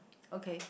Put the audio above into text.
okay